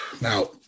Now